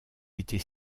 était